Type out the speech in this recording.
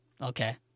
Okay